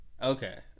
Okay